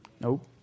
Nope